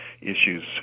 issues